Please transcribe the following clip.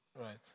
Right